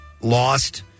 lost